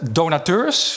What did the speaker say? donateurs